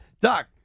Doc